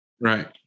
Right